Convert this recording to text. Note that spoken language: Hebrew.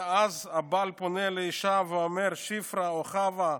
ואז הבעל פונה לאישה ואומר: שפרה או חווה,